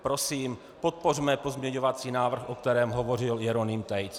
Prosím, podpořme pozměňovací návrh, o kterém hovořil Jeroným Tejc.